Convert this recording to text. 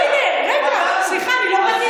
הינה, פתרנו.